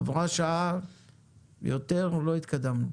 עברה שעה ויותר ולא התקדמנו.